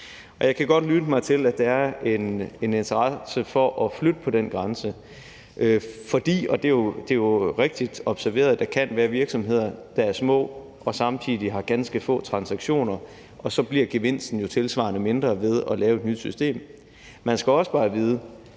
Jeg kan godt lytte mig til, at der er en interesse for at flytte på den grænse, fordi der jo kan være – det er rigtigt observeret – virksomheder, der er små, og som samtidig har ganske få transaktioner, og så bliver gevinsten jo tilsvarende mindre ved at lave et nyt system. Man skal også bare vide,